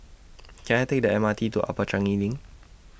Can I Take The M R T to Upper Changi LINK